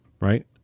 right